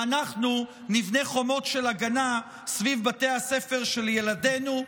ואנחנו נבנה חומות של הגנה סביב בתי הספר של ילדינו.